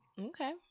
Okay